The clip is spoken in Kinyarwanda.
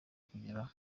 kugeraho